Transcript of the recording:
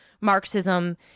Marxism